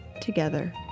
together